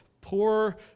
poor